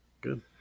Good